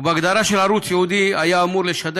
בהגדרה של ערוץ ייעודי הוא היה אמור לשדר